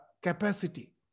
capacity